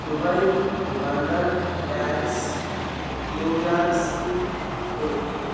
Dubai London Paris New York City Tokyo